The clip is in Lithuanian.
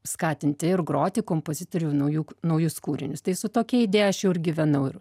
skatinti ir groti kompozitorių naujų naujus kūrinius tai su tokia idėja aš jau ir gyvenau ir